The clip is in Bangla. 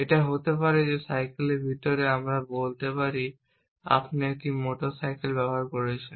এটা হতে পারে যে সাইকেলের ভিতরে আমরা বলতে পারি আপনি একটি মোটর সাইকেল ব্যবহার করছেন